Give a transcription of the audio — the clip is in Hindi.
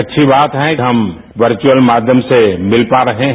अच्छी बात है कि हम वर्चअल माध्यम से मिल पा रहे हैं